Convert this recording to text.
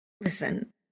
Listen